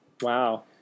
Wow